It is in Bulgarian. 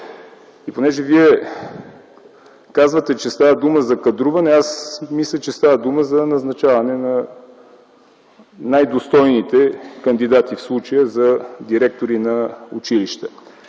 Понеже Вие казвате, че става дума за кадруване, аз мисля, че става дума за назначаване на най-достойните кандидати, в случая за директори на училища.